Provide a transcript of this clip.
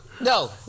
no